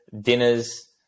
dinners